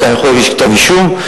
פקח יכול להגיש כתב אישום.